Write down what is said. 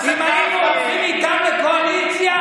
אם היינו הולכים איתם לקואליציה,